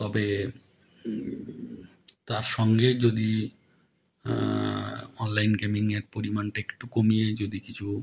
তবে তার সঙ্গে যদি অনলাইন গেমিংয়ের পরিমাণটা একটু কমিয়ে যদি কিছু